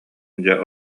дьэ